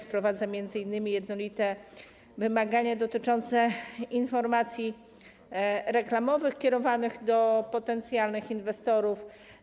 Wprowadza m.in. jednolite wymagania dotyczące informacji reklamowych kierowanych do potencjalnych inwestorów.